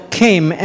came